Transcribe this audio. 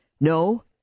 No